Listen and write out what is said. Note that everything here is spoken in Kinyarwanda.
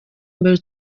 mbere